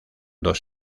dos